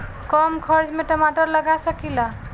कम खर्च में टमाटर लगा सकीला?